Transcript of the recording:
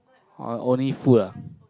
[wah] only food ah